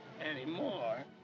anymore